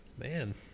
Man